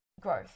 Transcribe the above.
growth